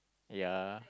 ya